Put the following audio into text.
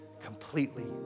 completely